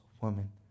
woman